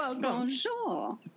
Bonjour